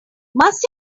must